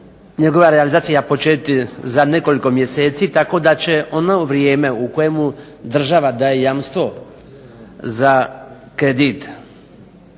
njegova realizacija početi za nekoliko mjeseci, tako da će ono vrijeme u kojemu država daje jamstvo za kredit